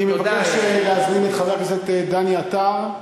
אני מבקש להזמין את חבר הכנסת דני עטר,